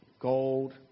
gold